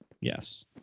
Yes